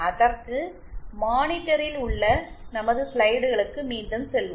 அதற்கு மானிட்டரில் உள்ள நமது ஸ்லைடுகளுக்கு மீண்டும் செல்வோம்